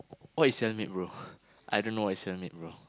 what is sell maid bro I don't know what is sell maid bro